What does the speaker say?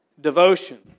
devotion